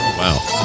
wow